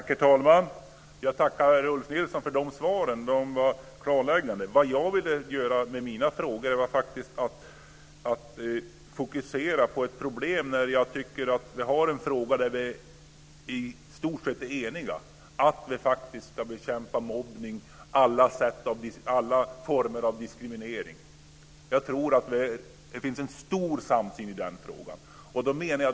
Herr talman! Jag tackar Ulf Nilsson för svaret. Det var klargörande. Jag ville med mina frågor fokusera på ett problem. Vi har en fråga där vi i stort sett är eniga, nämligen att vi ska bekämpa mobbning och alla former av diskriminering. Det finns en stor samsyn i den frågan.